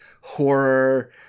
horror